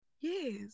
Yes